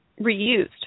reused